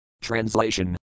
Translation